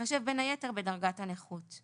בהתחשב בין היתר בדרגת הנכות;